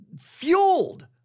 fueled